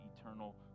eternal